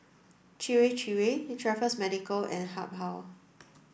Chir Chir Raffles Medical and Habhal